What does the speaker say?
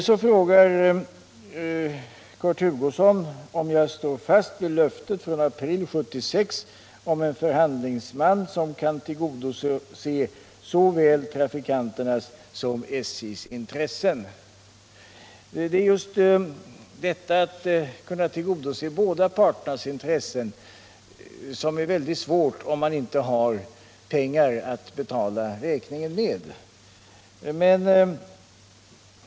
Så frågar Kurt Hugosson om jag står fast vid löftet från april 1976 om en förhandlingsman som kan tillgodose såväl trafikanternas som SJ:s intressen. Om man inte har pengar att betala räkningen med är det svåra just att kunna tillgodose båda parternas intressen.